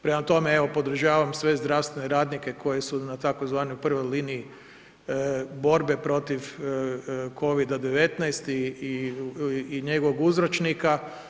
Prema tome evo podržavam sve zdravstvene radnike koji su na tzv. prvoj liniji borbe protiv Covida-19 i njegovog uzročnika.